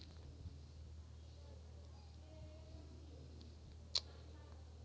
कोनो भी सेठ साहूकार मन ह घलोक अइसने कोनो मनखे ल पइसा नइ देवय ओखर बरोबर ईमान ल देख के चार झन ल पूछ पाछ के ही करजा देथे